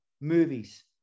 Movies